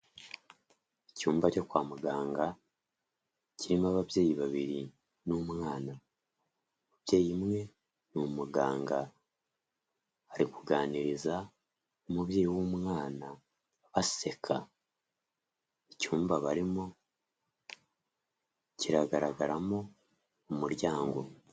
Icyumba cyo kwa muganga kirimo ababyeyi babiri n'umwana umubyeyi umwe ni umuganga ari kuganiriza umubyeyi w'umwana baseka icyumba barimo kiragaragaramo umuryango.